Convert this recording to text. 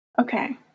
Okay